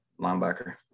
linebacker